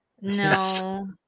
no